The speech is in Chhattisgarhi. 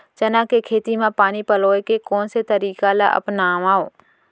चना के खेती म पानी पलोय के कोन से तरीका ला अपनावव?